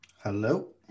Hello